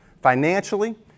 financially